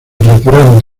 retiraron